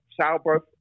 childbirth